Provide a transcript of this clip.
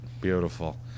Beautiful